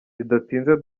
bidatinze